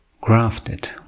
grafted